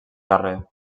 carrer